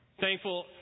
Thankful